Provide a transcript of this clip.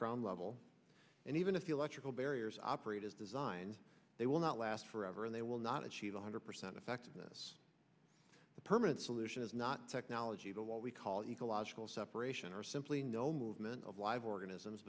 ground level and even if the electrical barriers operate as designed they will not last forever and they will not achieve one hundred percent effectiveness the permanent solution is not technology but what we call ecological separation or simply no movement of live organisms